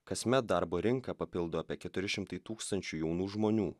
kasmet darbo rinką papildo apie keturi šimtai tūkstančių jaunų žmonių